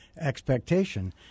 expectation